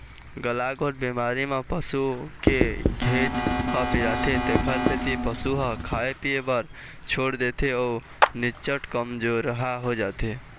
गलाघोंट बेमारी म पसू के घेंच ह पिराथे तेखर सेती पशु ह खाए पिए बर छोड़ देथे अउ निच्चट कमजोरहा हो जाथे